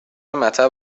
مطب